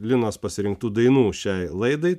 linos pasirinktų dainų šiai laidai